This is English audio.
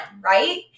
right